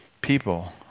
people